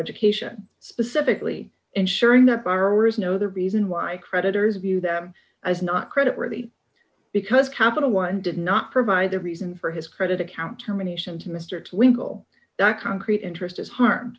education specifically insuring that borrowers know the reason why creditors view them as not credit worthy because capital one did not provide the reason for his credit account terminations to mr twinkle that concrete interest is harm